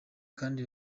kandi